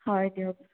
হয় দিয়ক